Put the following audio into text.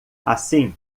assim